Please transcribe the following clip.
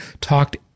talked